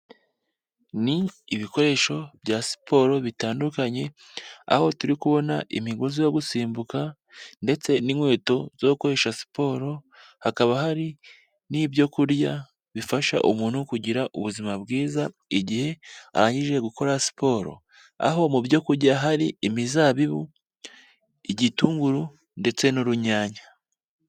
Ni ibikoresho bya siporo bitandukanye, aho turi kubona imigozi yo gusimbuka ndetse n'inkweto zo gukoresha siporo, hakaba hari n'ibyo kurya bifasha umuntu kugira ubuzima bwiza igihe arangije gukora siporo, aho mu byo kurya hari imizabibu, igitunguru ndetse n'urunyanya.